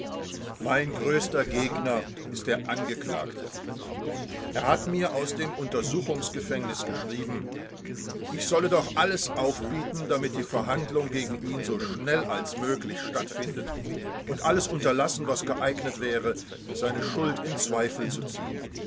mein größter gegner ist der angeklagte er hat mir aus dem untersuchungsgefängnis geschrieben ich solle doch alles aufbieten damit die verhandlung gegen ihn so schnell als möglich stattfindet und alles unterlassen was geeignet wäre seine schuld in zweifel zu ziehen